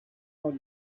how